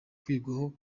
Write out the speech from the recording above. kwigwaho